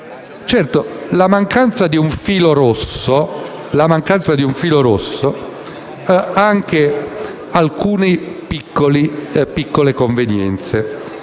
la mancanza di un filo rosso ha anche alcune piccole convenienze.